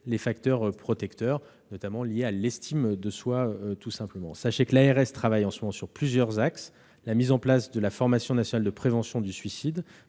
les facteurs protecteurs, notamment liés à l'estime de soi. Sachez que l'ARS travaille en ce moment sur la mise en place de la formation nationale de prévention du suicide,